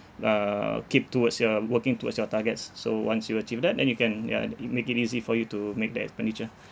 uh keep towards you are working towards your targets so once you achieve that then you can ya it make it easy for you to make the expenditure